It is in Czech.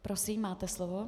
Prosím, máte slovo.